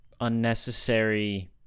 unnecessary